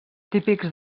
típics